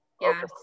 yes